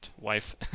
wife